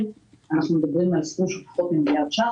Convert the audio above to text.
אנחנו מדברים על סכום של פחות ממיליארד ש"ח.